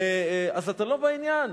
אז אתה לא בעניין.